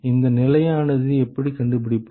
இந்த நிலையானது எப்படி கண்டுபிடிப்பது